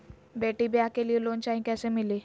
बेटी ब्याह के लिए लोन चाही, कैसे मिली?